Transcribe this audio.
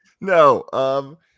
No